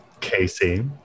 Casey